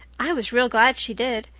i was real glad she did.